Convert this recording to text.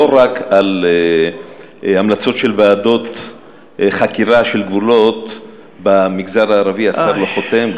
לא רק על המלצות של ועדות חקירה של גבולות במגזר הערבי השר לא חותם,